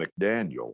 McDaniel